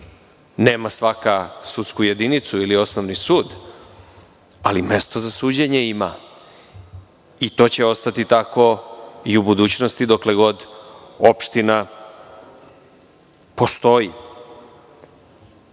nema svaka sudsku jedinicu ili osnovni sud, ali mesto za suđenje ima i to će ostati tako i u budućnosti dokle god opština postoji. Takođe